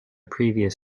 previous